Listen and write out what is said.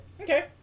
Okay